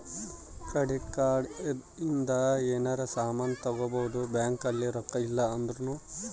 credit card ಇಂದ ಯೆನರ ಸಾಮನ್ ತಗೊಬೊದು ಬ್ಯಾಂಕ್ ಅಲ್ಲಿ ರೊಕ್ಕ ಇಲ್ಲ ಅಂದೃನು